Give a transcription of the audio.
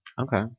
Okay